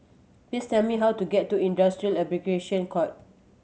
please tell me how to get to Industrial Arbitration Court